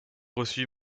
reçue